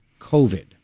COVID